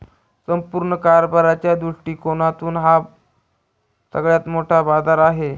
संपूर्ण कारभाराच्या दृष्टिकोनातून हा सगळ्यात मोठा बाजार आहे